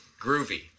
Groovy